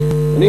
הקוסם".